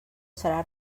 serà